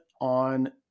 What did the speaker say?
on